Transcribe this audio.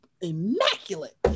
immaculate